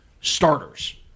starters